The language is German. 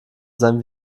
sein